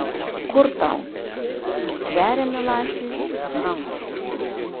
kur tau ji stveria milašiui už rankos